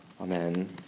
Amen